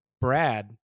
Brad